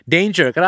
Danger